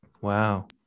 Wow